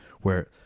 where-